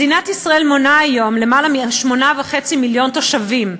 מדינת ישראל מונה היום יותר מ-8.5 מיליון תושבים,